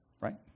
Right